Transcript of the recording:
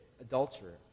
adulterer